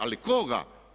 Ali koga?